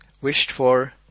wished-for